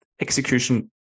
Execution